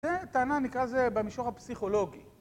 זה טענה, נקרא זה במישור הפסיכולוגי.